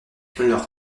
leurs